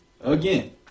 Again